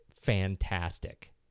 fantastic